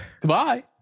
goodbye